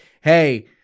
hey